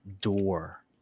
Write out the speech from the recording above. door